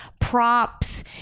props